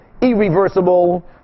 irreversible